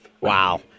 Wow